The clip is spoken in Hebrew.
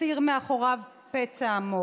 יחד עם זאת יש פה הצעות חוק